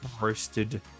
roasted